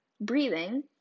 breathing